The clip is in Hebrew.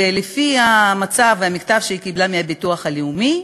ולפי המצב, והמכתב שהיא קיבלה מהביטוח הלאומי,